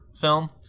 film